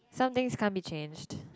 some things can't be changed